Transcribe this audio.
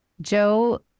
Joe